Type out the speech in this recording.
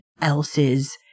else's